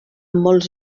molts